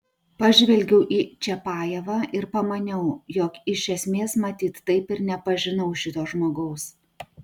pažvelgiau į čiapajevą ir pamaniau jog iš esmės matyt taip ir nepažinau šito žmogaus